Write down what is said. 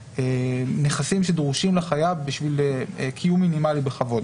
נכסים שדרושים לחייב בשביל קיום מינימלי בכבוד,